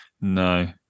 No